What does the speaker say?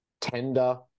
tender